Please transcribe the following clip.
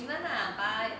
你们 lah 把